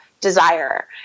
Desire